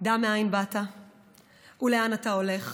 "דע מאין באת ולאן אתה הולך